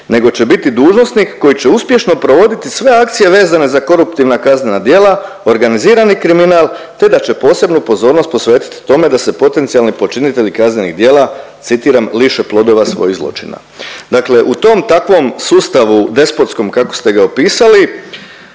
nego će biti dužnosnik koji će uspješno provoditi sve akcije vezane za koruptivna kaznena djela, organizirani kriminal, te da će posebnu pozornost posvetiti tome da se potencijalni počinitelji kaznenih dijela, citiram, liše plodova svojih zločina. Dakle u tom i takvom sustavu despotskom kako ste ga opisali